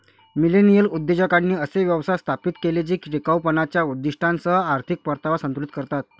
millennial उद्योजकांनी असे व्यवसाय स्थापित केले जे टिकाऊपणाच्या उद्दीष्टांसह आर्थिक परतावा संतुलित करतात